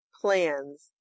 plans